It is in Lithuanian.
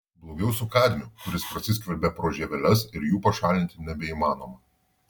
blogiau su kadmiu kuris prasiskverbia pro žieveles ir jų pašalinti nebeįmanoma